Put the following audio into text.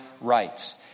rights